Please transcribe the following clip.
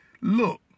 Look